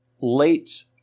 late